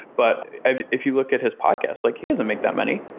but if you look at his podcast, like he doesn't make that money,